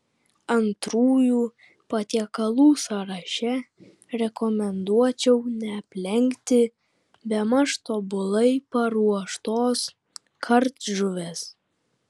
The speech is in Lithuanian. antrųjų patiekalų sąraše rekomenduočiau neaplenkti bemaž tobulai paruoštos kardžuvės